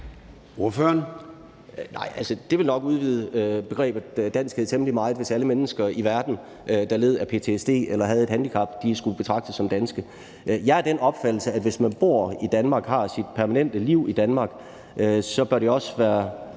det ville nok udvide begrebet danskhed temmelig meget, hvis alle mennesker i verden, der led af ptsd eller havde et handicap, skulle betragtes som danske. Jeg er af den opfattelse, at hvis man bor i Danmark og har sit permanente liv i Danmark, så bør det også være